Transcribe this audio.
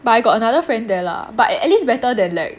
but I got another friend there lah but at at least better than like